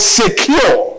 secure